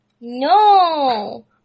No